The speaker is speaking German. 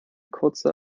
kurze